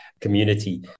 community